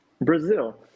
brazil